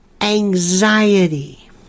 Anxiety